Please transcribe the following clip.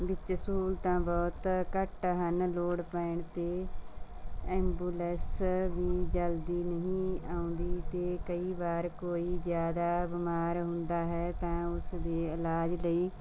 ਵਿੱਚ ਸਹੂਲਤਾਂ ਬਹੁਤ ਘੱਟ ਹਨ ਲੋੜ ਪੈਣ 'ਤੇ ਐਂਬੂਲੈਸ ਵੀ ਜਲਦੀ ਨਹੀਂ ਆਉਂਦੀ ਅਤੇ ਕਈ ਵਾਰ ਕੋਈ ਜ਼ਿਆਦਾ ਬਿਮਾਰ ਹੁੰਦਾ ਹੈ ਤਾਂ ਉਸ ਦੇ ਇਲਾਜ ਲਈ